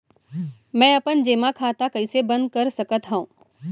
मै अपन जेमा खाता कइसे बन्द कर सकत हओं?